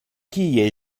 kie